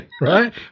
Right